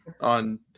on